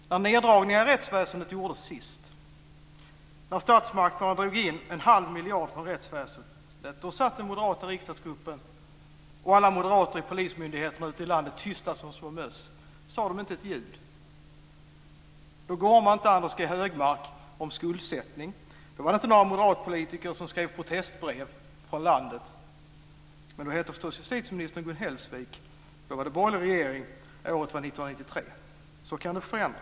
När neddragningar i rättsväsendet gjordes sist - när statsmakterna drog in en halv miljard från rättsväsendet - så satt moderater i riksdagsgruppen och alla moderater i polismyndigheterna ute i landet tysta som små möss. Då sade de inte ett ljud. Då gormade inte Anders G Högmark om skuldsättning. Då var det inte några moderatpolitiker som skrev protestbrev ute från landet. Men då hette förstås justitieministern Gun Hellsvik. Då var det en borgerlig regering. Året var 1993. Så kan det förändras.